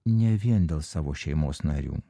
ne vien dėl savo šeimos narių